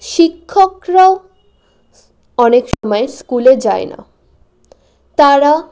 শিক্ষকরাও অনেক সময় স্কুলে যায় না তারা